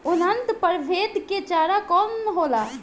उन्नत प्रभेद के चारा कौन होला?